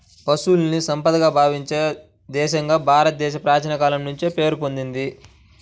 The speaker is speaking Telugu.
పశువుల్ని సంపదగా భావించే దేశంగా భారతదేశం ప్రాచీన కాలం నుంచే పేరు పొందింది